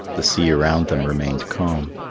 the sea around them remained calm,